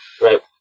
Right